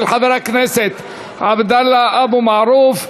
של חבר הכנסת עבדאללה אבו מערוף,